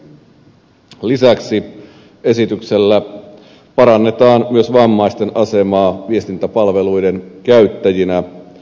lisäksi esityksellä parannetaan myös vammaisten asemaa viestintäpalveluiden käyttäjinä